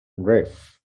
reef